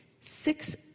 six